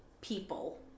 people